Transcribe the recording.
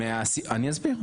--- אני אסביר.